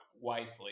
wisely